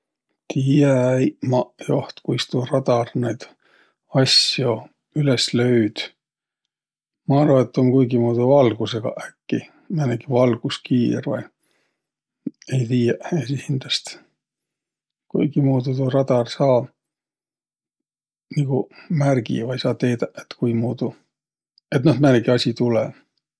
Tiiä-äi maq joht, kuis tuu radar naid asjo üles löüd. Ma arva, et tuu um kuigimuudu valgusõgaq äkki, määnegi valguskiir vai. Ei tiiäq esiqhindäst. Kuigimuudu tuu radar saa märgi vai saa teedäq, et kuimuudu, et noh, määnegi asi tulõ.